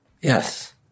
Yes